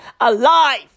alive